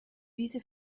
diese